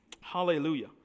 Hallelujah